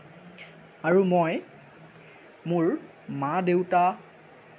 আৰু মই মোৰ মা দেউতা